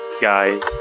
Guy's